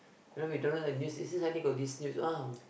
you know we don't know the news is then suddenly got this news ah